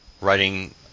writing